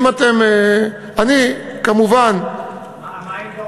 מה עם הדוח,